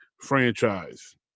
franchise